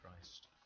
Christ